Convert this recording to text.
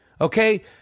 okay